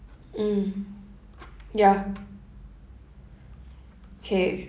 mm ya kay